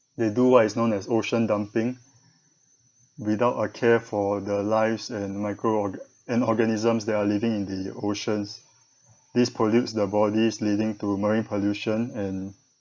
they do what is known as ocean dumping without a care for the lives and micro or~ and organisms that are living in the oceans this pollutes the bodies leading to marine pollution and